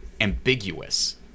ambiguous